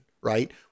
right